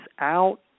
out